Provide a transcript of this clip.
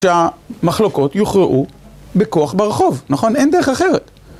שהמחלוקות יוכרעו בכוח ברחוב, נכון? אין דרך אחרת.